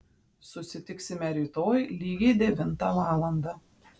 susitiksime rytoj lygiai devintą valandą